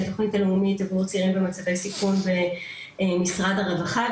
שהיא תוכנית הלאומית עבור צעירים במצבי סיכון במשרד הרווחה.